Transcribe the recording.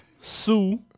Sue